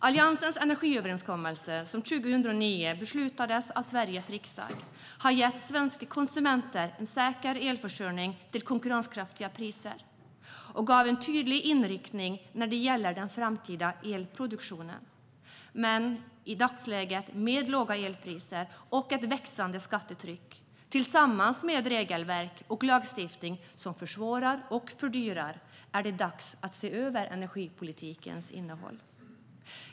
Alliansens energiöverenskommelse, som 2009 beslutades av Sveriges riksdag, har gett svenska konsumenter en säker elförsörjning till konkurrenskraftiga priser och gett en tydlig inriktning när det gäller den framtida elproduktionen. Men i dagsläget, med låga elpriser och ett växande skattetryck tillsammans med regelverk och lagstiftning som försvårar och fördyrar, är det dags att se över energipolitikens innehåll.